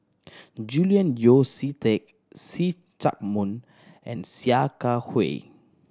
Julian Yeo See Teck See Chak Mun and Sia Kah Hui